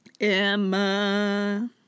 Emma